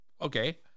okay